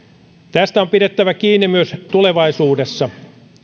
tästä on pidettävä kiinni myös tulevaisuudessa